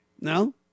No